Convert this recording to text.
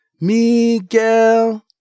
Miguel